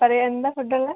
പറയൂ എന്താ ഫുഡ് ഉള്ളത്